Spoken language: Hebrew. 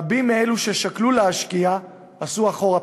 רבים מאלו ששקלו להשקיע עשו "אחורה פנה".